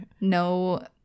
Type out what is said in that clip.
no